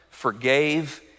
forgave